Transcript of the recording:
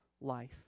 life